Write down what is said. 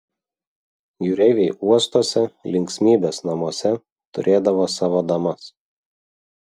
jūreiviai uostuose linksmybės namuose turėdavo savo damas